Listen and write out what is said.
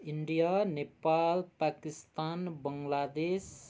India Nepal Pakistan Bangladesh